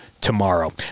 tomorrow